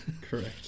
Correct